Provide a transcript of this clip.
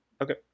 Okay